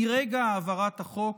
מרגע העברת החוק,